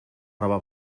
roba